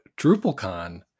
DrupalCon